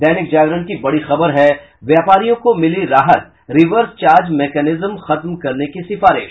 दैनिक जागरण की बड़ी खबर है व्यापरियों को मिली राहत रिवर्स चार्ज मैकेनिज्म खत्म करने की सिफारिश